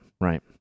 right